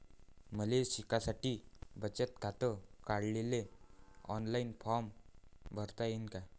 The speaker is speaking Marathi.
मले शिकासाठी बचत खात काढाले ऑनलाईन फारम भरता येईन का?